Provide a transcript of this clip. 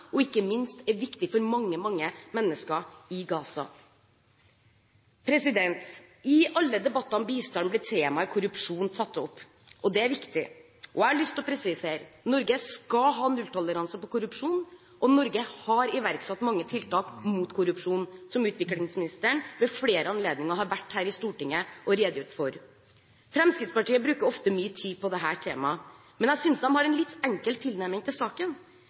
og ikke minst er viktig for mange mennesker i Gaza. I alle debatter om bistand blir temaet korrupsjon tatt opp, og det er viktig. Jeg har lyst til å presisere: Norge skal ha nulltoleranse når det gjelder korrupsjon. Norge har iverksatt mange tiltak mot korrupsjon, som utviklingsministeren ved flere anledninger har vært her i Stortinget og redegjort for. Fremskrittspartiet bruker ofte mye tid på dette temaet, men jeg synes de har en litt enkel tilnærming til saken.